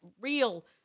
real